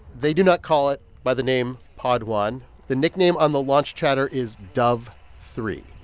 they do not call it by the name pod one. the nickname on the launch chatter is dove three.